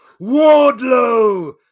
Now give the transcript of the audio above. Wardlow